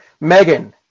Megan